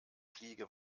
fliege